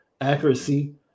accuracy